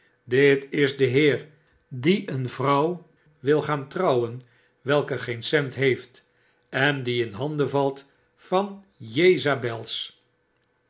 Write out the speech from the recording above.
dit is de heer die een vrouw wil gaan trouwen welke geen cent heeft en die in handen valt van jezabels